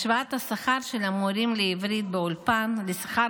השוואת השכר של המורים לעברית באולפנים לשכר